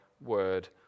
Word